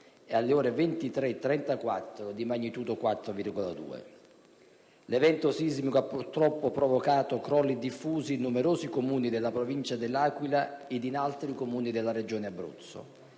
e alle ore 23,34 (di magnitudo 4.2). L'evento sismico ha purtroppo provocato crolli diffusi in numerosi Comuni della Provincia dell'Aquila ed in altri Comuni della Regione Abruzzo,